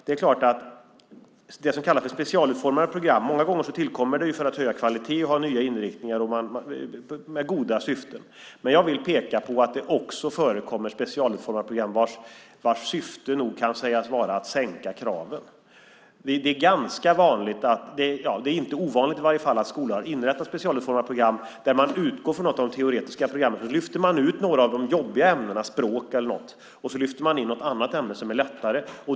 Det som kallas specialutformade program tillkommer många gånger för att höja kvaliteten och ha nya inriktningar och med goda syften. Men jag vill peka på att det också förekommer specialutformade program vars syfte nog kan sägas vara att sänka kraven. Det är ganska vanligt, eller i varje fall inte ovanligt, att skolor har inrättat specialutformade program där man utgår från något av de teoretiska programmen och lyfter ut några av de jobbiga ämnena - språk eller något - och så lyfter man in något annat ämne som är lättare.